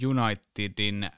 Unitedin